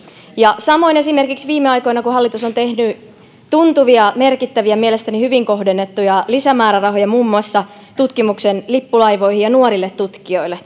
samoin esimerkiksi viime aikoina kun hallitus on tehnyt tuntuvia merkittäviä mielestäni hyvin kohdennettuja lisämäärärahoja muun muassa tutkimuksen lippulaivoihin ja nuorille tutkijoille